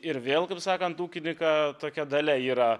ir vėl kaip sakant ūkininko tokia dalia yra